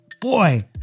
boy